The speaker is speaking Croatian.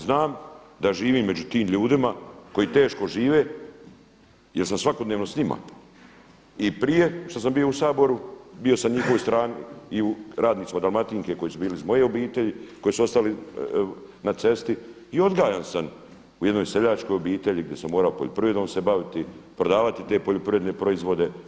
Znam da živim među tim ljudima koji teško žive, jer sam svakodnevno s njima i prije što sam bio u Saboru bio sam na njihovoj strani i radnicima Dalmatinke koji su bili iz moje obitelji, koji su ostali na cesti i odgajan sam u jednoj seljačkoj obitelji gdje sam morao poljoprivredom se baviti, prodavati te poljoprivredne proizvode.